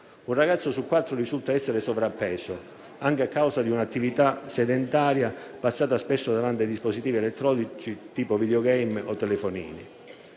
Un ragazzo su quattro risulta essere sovrappeso, anche a causa di un'attività sedentaria passata spesso davanti ai dispositivi elettronici tipo *videogame* o telefonini.